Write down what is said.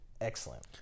excellent